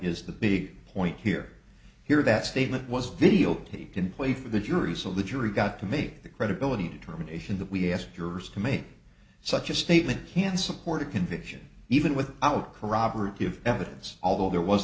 is the big point here here that statement was videotaped in play for the jury so the jury got to make the credibility determination that we asked yours to make such a statement can support a conviction even with out corroborative evidence although there was